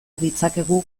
ditzakegu